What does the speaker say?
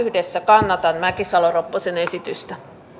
kannatan mäkisalo ropposen esitystä